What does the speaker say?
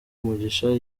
umugisha